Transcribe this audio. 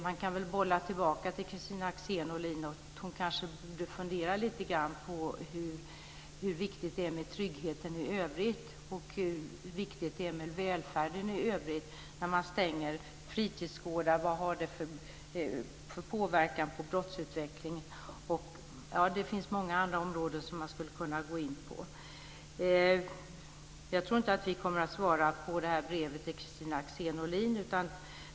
Man kan väl bolla tillbaka till Kristina Axén Olin. Hon kanske borde fundera lite grann på hur viktigt det är med tryggheten i övrigt och på hur viktigt det är med välfärden i övrigt. Vad har det för påverkan på brottsutvecklingen när man stänger fritidsgårdar? Det finns många andra områden som man skulle kunna gå in på. Jag tror inte att vi kommer att svara på det här brevet från Kristina Axén Olin.